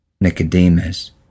Nicodemus